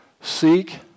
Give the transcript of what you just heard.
seek